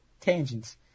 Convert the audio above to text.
Tangents